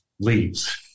leaves